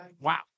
wow